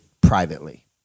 privately